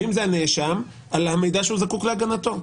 ואם זה הנאשם על המידע שהוא זקוק להגנתו.